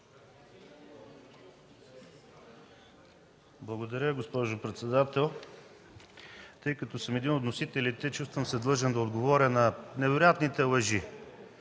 Благодаря, госпожо председател. Тъй като съм един от вносителите, чувствам се длъжен да отговаря на невероятните лъжи.